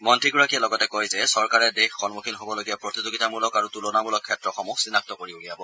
মন্ত্ৰীগৰাকীয়ে লগতে কয় যে চৰকাৰে দেশ সন্মুখীন হ'বলগীয়া প্ৰতিযোগিতামূলক আৰু তুলনামূলক ক্ষেত্ৰসমূহ চিনাক্ত কৰি উলিয়াব